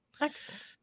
Excellent